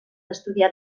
estudiar